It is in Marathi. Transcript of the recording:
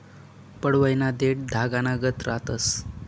पडवयना देठं धागानागत रहातंस